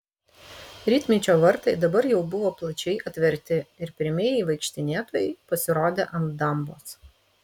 rytmečio vartai dabar jau buvo plačiai atverti ir pirmieji vaikštinėtojai pasirodė ant dambos